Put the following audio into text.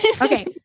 Okay